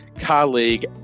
colleague